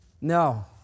No